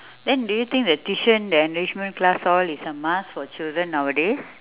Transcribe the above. then do you think the tuition the enrichment class all is a must for children nowadays